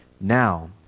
Now